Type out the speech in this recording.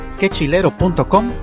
quechilero.com